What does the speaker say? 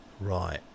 Right